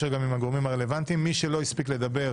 מי של הספיק לדבר